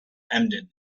emden